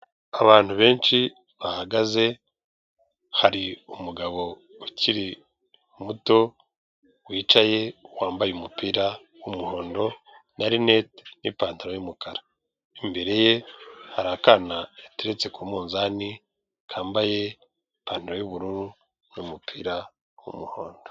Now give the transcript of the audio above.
Abantu benshi bahagaze, hari umugabo ukiri muto wicaye, wambaye umupira w'umuhondo na rineti n'ipantaro y'umukara. Imbere ye hari akana gateretse ku munzani, kambaye ipantaro y'ubururu n'umupira w'umuhondo.